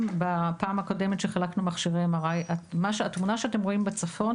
בפעם הקודמת שחילקנו מכשירי MRI התמונה שאתם רואים בצפון